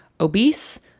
obese